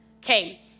Okay